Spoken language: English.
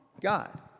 God